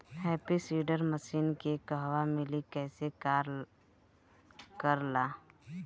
Happy seeder मसीन के कहवा मिली कैसे कार कर ला?